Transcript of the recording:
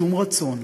שום רצון,